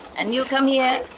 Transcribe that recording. and you come here,